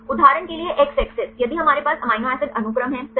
उदाहरण के लिए x अक्ष यदि हमारे पास अमीनो एसिड अनुक्रम है सही